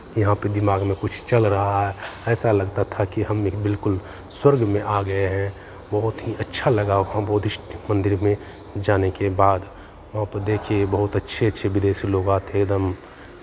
यहाँ पे दिमाग में कुछ चल रहा है ऐसा लगता था कि हमने बिल्कुल स्वर्ग में आ गए हैं बहुत ही अच्छा लगा वहाँ बुद्धिस्ट मन्दिर में जाने के बाद वहाँ पे देखिए बहुत अच्छे अच्छे विदेशी लोग आते एकदम